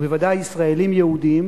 בוודאי ישראלים יהודים,